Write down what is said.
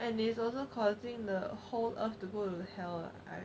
and is also causing the whole earth to go to hell [what] right